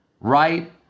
right